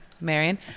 marion